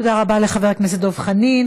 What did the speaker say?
תודה רבה לחבר הכנסת דב חנין.